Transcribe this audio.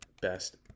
best